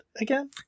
again